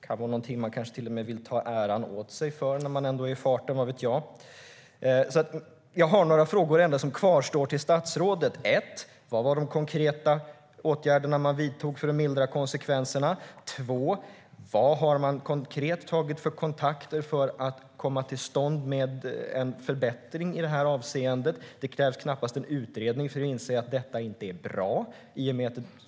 Det kan till och med vara något man vill ta åt sig äran för när man ändå är i farten. Vad vet jag? Jag har ett par kvarstående frågor till statsrådet: Vilka konkreta åtgärder vidtogs för att mildra konsekvenserna? Vilka konkreta kontakter har tagits för att komma till stånd med en förbättring i det avseendet? Det krävs knappast en utredning för att inse att detta inte är bra.